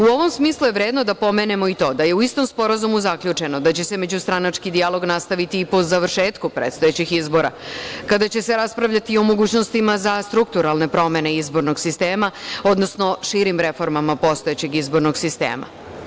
U ovom smislu je vredno da pomenemo i to da je u istom sporazumu zaključeno da će se međustranački dijalog nastaviti i po završetku predstojećih izbora, kada će se raspravljati i o mogućnostima za strukturalne promene izbornog sistema, odnosno širim reformama postojećeg izbornog sistema.